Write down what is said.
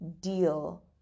deal